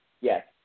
Yes